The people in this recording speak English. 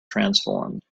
transformed